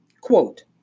Quote